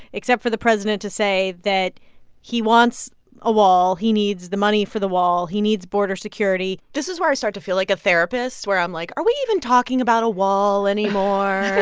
except for the president to say that he wants a wall. he needs the money for the wall. he needs border security this is where i start to feel like a therapist, where i'm like, are we even talking about a wall anymore?